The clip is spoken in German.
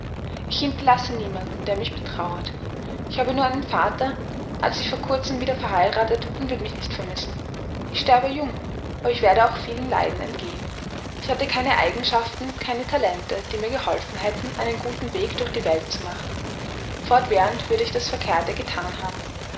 ich hinterlasse niemanden der mich betrauert ich habe nur einen vater er hat sich vor kurzem wieder verheiratet und wird mich nicht vermissen ich sterbe jung aber ich werde auch vielen leiden entgehen ich hatte keine eigenschaften keine talente die mir geholfen hätten einen guten weg durch die welt zu machen fortwährend würde ich das verkehrte gethan haben